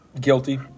guilty